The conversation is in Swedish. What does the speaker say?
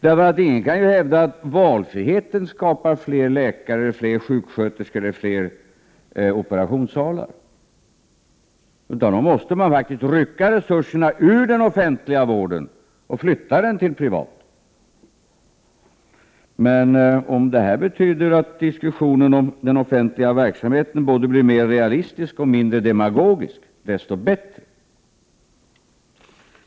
Men ingen kan ju hävda att valfriheten skapar fler läkare, fler sjuksköterskor eller fler operationssalar, utan då måste man faktiskt rycka resurserna ur den offentliga vården och flytta dem till den privata. Om det här betyder att diskussionen om den offentliga verksamheten både blir mer realistisk och mindre demagogisk, desto bättre.